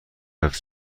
حفظ